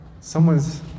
someone's